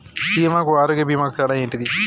బీమా కు ఆరోగ్య బీమా కు తేడా ఏంటిది?